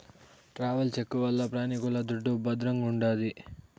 travels cheque వల్ల ప్రయాణికుల దుడ్డు భద్రంగుంటాది